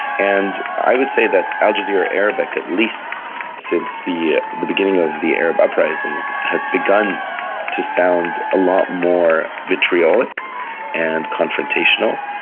and i would say that al jazeera arabic, at least since the the beginning of the arab uprisings, has begun to sound a lot more vitriolic and confrontational,